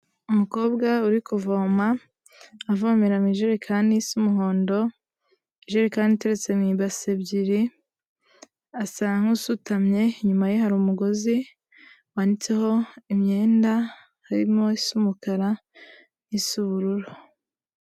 Umukobwa uri kuvoma, avomera mu ijerekani isa umuhondo, ijerekani iteretse mu ibase ebyiri, asa nk'usutamye, inyuma ye hari umugozi wanitseho imyenda, harimo isa umukara n'isa ubururu.